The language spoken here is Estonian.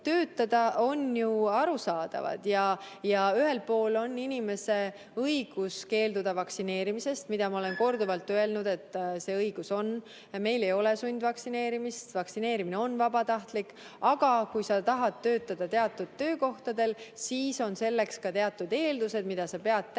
töötada. See on ju arusaadav. Ühel pool on inimese õigus keelduda vaktsineerimisest – ma olen korduvalt öelnud, et see õigus inimesel on, meil ei ole sundvaktsineerimist, vaktsineerimine on vabatahtlik. Aga kui sa tahad töötada teatud töökohal, siis on teatud eeldused, mida sa pead täitma,